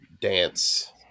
dance